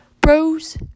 Bros